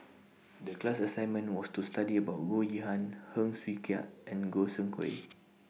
The class assignment was to study about Goh Yihan Heng Swee Keat and Goi Seng Gui